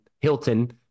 Hilton